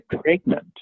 pregnant